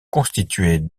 constitués